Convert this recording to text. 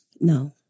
no